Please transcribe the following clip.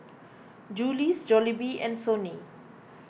Julie's Jollibee and Sony